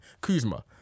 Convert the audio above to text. Kuzma